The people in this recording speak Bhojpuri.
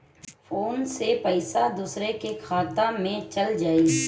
फ़ोन से पईसा दूसरे के खाता में चल जाई?